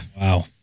wow